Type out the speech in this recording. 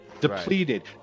depleted